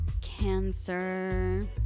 Cancer